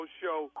show